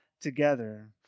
together